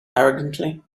arrogantly